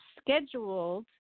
scheduled